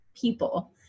people